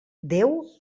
déu